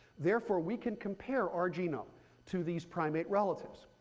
therefore, we can compare our genome to these primate relatives.